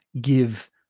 give